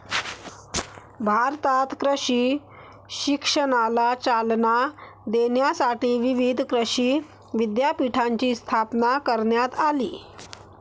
भारतात कृषी शिक्षणाला चालना देण्यासाठी विविध कृषी विद्यापीठांची स्थापना करण्यात आली